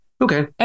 Okay